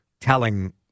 telling